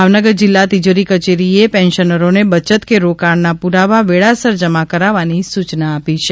ભાવનગર જિલ્લા તિજોરી કચેરીએ પેન્શનરોને બયત કે રોકાણના પુરાવા વેળાસર જમા કરાવવા સૂચના આપી છે